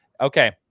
Okay